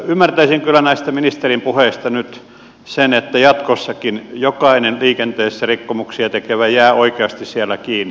ymmärtäisin kyllä näistä ministerin puheista nyt niin että jatkossakin jokainen liikenteessä rikkomuksia tekevä jää oikeasti siellä kiinni